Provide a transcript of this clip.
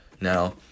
now